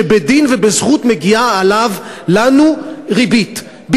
שבדין ובזכות מגיעה לנו ריבית עליו,